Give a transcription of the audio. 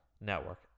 network